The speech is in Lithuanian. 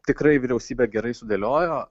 tikrai vyriausybė gerai sudėliojo